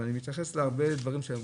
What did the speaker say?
ואני מתייחס להרבה דברים שנאמרו,